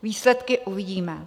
Výsledky uvidíme.